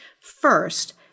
First